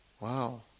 Wow